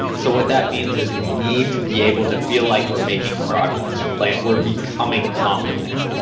so, what that means is we need to be able to feel like we're making progress. like we're becoming competent.